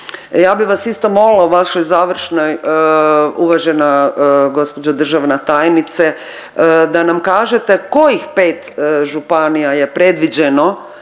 Ja bih vas isto molila u vašoj završnoj uvažena gospođo državna tajnice da nam kažete kojih 5 županija je predviđeno